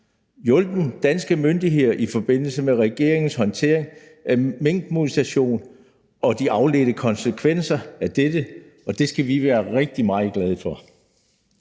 hjulpet danske myndigheder i forbindelse med regeringens håndtering af minkmutation og de afledte konsekvenser af dette. Og det skal vi være rigtig meget glade for.